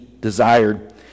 desired